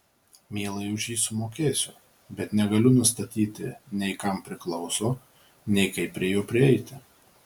mielai už jį sumokėsiu bet negaliu nustatyti nei kam priklauso nei kaip prie jo prieiti